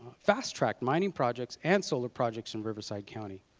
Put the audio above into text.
fast tracked mining projects and solar projects in riverside county.